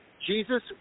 Jesus